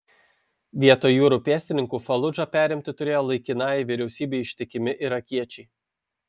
vietoj jūrų pėstininkų faludžą perimti turėjo laikinajai vyriausybei ištikimi irakiečiai